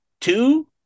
two